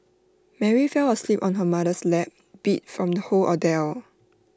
Mary fell asleep on her mother's lap beat from the whole ordeal